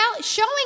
showing